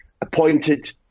appointed